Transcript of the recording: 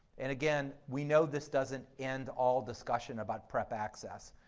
and again, we know this doesn't end all discussion about prep access,